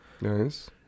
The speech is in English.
Nice